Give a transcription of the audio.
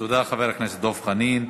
תודה, חבר הכנסת דב חנין.